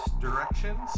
directions